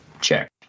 Check